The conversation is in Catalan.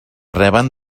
reben